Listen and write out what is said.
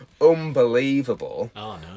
unbelievable